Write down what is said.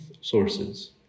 sources